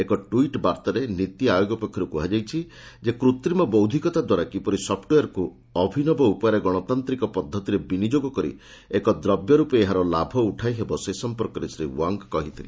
ଏକ ଟ୍ୱିଟ୍ ବାର୍ତ୍ତାରେ ନୀତି ଆୟୋଗ ପକ୍ଷରୁ କୁହାଯାଇଛି ଯେ କୃତ୍ରିମ ବୌଦ୍ଧିକତା ଦ୍ୱାରା କିପରି ସଫ୍ଟୱେର୍କୁ ଅଭିନବ ଉପାୟରେ ଗଣତାନ୍ତିକ ପଦ୍ଧତିରେ ବିନିଯୋଗ କରି ଏକ ଦ୍ରବ୍ୟ ରୂପେ ଏହାର ଲାଭ ଉଠାଇ ହେବ ସେ ସଂପର୍କରେ ଶ୍ରୀ ୱାଙ୍ଗ୍ କହିଥିଲେ